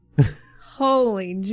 Holy